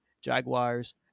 Jaguars